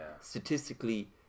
statistically